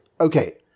okay